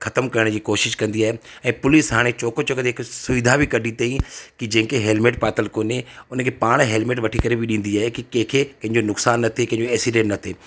ख़तम करण जी कोशिशि कंदी आहिनि ऐं पुलिस हाणे चौक चौक ते हिकु सुविधा बि कढी ताईं की जेके हैलमेट पातल कोन्हे उन खे पाण हैलमेट वठी करे बि ॾींदी आहे की कंहिंखे पंहिंजो नुक़सान न थिए कंहिंजो एक्सीडेंट न थिए